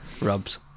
rubs